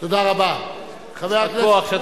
יישר כוח.